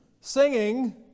singing